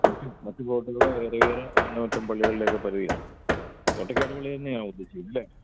മറ്റു മറ്റു പ്ലോട്ടുകൾ ഇടവകേൽ പള്ളികളിലൊക്കെ പരിധിയിലാണ് തോട്ടക്കാട്ട് പള്ളീ എന്ന് ഉദ്ദേശിക്കുന്നത് അല്ലേ